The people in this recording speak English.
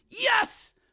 Yes